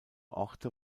orte